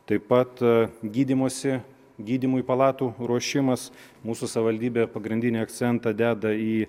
taip pat gydymosi gydymui palatų ruošimas mūsų savivaldybė pagrindinį akcentą deda į